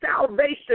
salvation